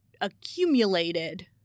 accumulated